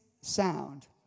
sound